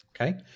Okay